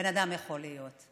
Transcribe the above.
בן אדם יכול להיות?